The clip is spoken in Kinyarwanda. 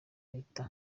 reta